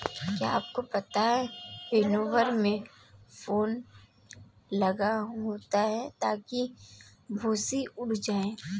क्या आपको पता है विनोवर में फैन लगा होता है ताकि भूंसी उड़ जाए?